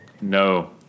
No